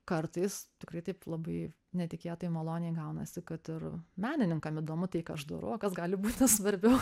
kartais tikrai taip labai netikėtai maloniai gaunasi kad ir menininkam įdomu tai ką aš darau kas gali būti svarbiau